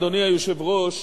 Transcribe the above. אדוני היושב-ראש,